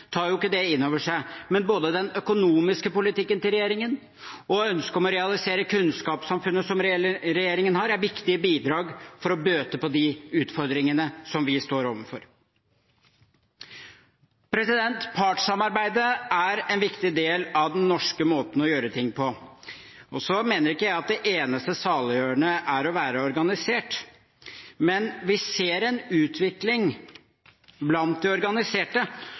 tar ikke det inn over seg. Men både den økonomiske politikken til regjeringen og ønsket om å realisere kunnskapssamfunnet som regjeringen har, er viktige bidrag for å bøte på de utfordringene som vi står overfor. Partssamarbeidet er en viktig del av den norske måten å gjøre ting på. Så mener ikke jeg at det eneste saliggjørende er å være organisert, men vi ser en utvikling blant de organiserte